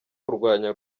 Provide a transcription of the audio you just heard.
kurwanya